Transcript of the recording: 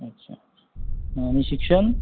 अच्छा आणि शिक्षण